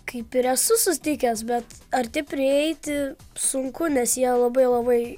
kaip ir esu sutikęs bet arti prieiti sunku nes jie labai labai